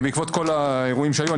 בעקבות כל האירועים שהיו,